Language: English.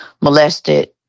molested